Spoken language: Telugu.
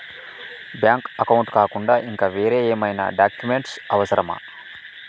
బ్యాంక్ అకౌంట్ కాకుండా ఇంకా వేరే ఏమైనా డాక్యుమెంట్స్ అవసరమా?